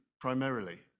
primarily